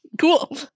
cool